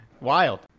Wild